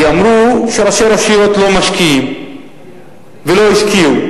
כי אמרו שראשי רשויות לא משקיעים ולא השקיעו.